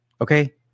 Okay